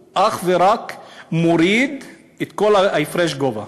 הוא אך ורק מוריד את כל הפרש הגובה.